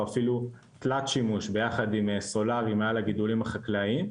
אפילו תלת-שימוש ביחד עם סולארי מעל הגידולים החקלאיים,